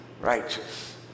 righteous